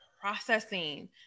processing